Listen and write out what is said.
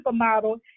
supermodel